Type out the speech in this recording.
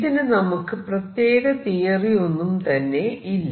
ഇതിനു നമുക്ക് പ്രത്യേക തിയറി ഒന്നും തന്നെ ഇല്ല